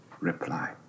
reply